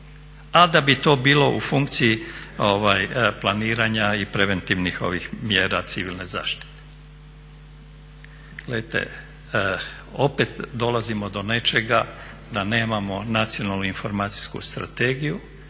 A da bi to bilo u funkciji planiranja i preventivnih mjera civilne zaštite. Gledajte, opet dolazimo do nečega da nemamo nacionalnu informacijsku strategiju